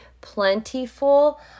plentiful